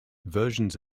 versions